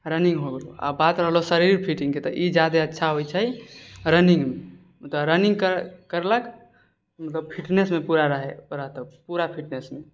running हो गेलौ आओर बात रहलौ शरीर फिटिङ्गके तऽ ई जादे अच्छा होइ छै रनिङ्ग मे तऽ रनिंग करलक फिटनेसमे पूरा रहलौ पूरा फिटनेसमे